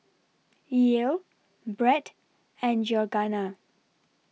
Yael Brett and Georganna